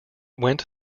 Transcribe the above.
went